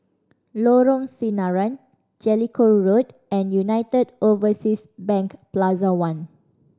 Lorong Sinaran Jellicoe Road and United Overseas Bank Plaza One